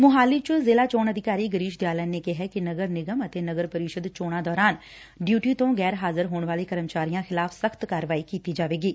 ਮੁਹਾਲੀ ਚ ਜ਼ਿਲ੍ਹਾ ਚੋਣ ਅਧਿਕਾਰੀ ਗਿਰੀਸ਼ ਦਿਆਲਨ ਨੇ ਕਿਹੈ ਕਿ ਨਗਰ ਨਿਗਮ ਅਤੇ ਨਗਰ ਪਰਿਸ਼ਦ ਚੋਣਾ ਦੌਰਾਨ ਡਿਉਟੀ ਤੋਂ ਗੈਰ ਹਾਜ਼ਰ ਹੋਣ ਵਾਲੇ ਕਰਮਚਾਰੀਆਂ ਖਿਲਾਫ਼ ਸਖ਼ਤ ਕਾਰਵਾਈ ਕੀਤੀ ਜਾਵੇਗੀ